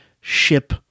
ship